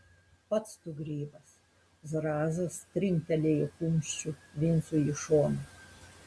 pats tu grybas zrazas trinktelėjo kumščiu vincui į šoną